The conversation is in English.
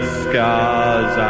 scars